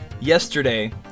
yesterday